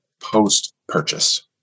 post-purchase